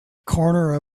corner